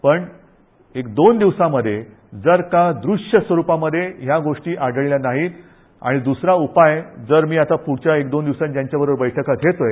पण एक दोन दिवसांमधे जर का दुश्य स्वरूपामधे या गोष्टी आढळल्या नाहीत आणि द्दसरा उपाय जर मी आता प्रढच्या एक दोन दिवसांत ज्यांच्याबरोबर बैठका घेतोय